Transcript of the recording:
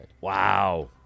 Wow